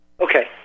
Okay